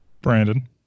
Brandon